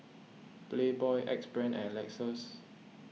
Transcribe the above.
Playboy Axe Brand and Lexus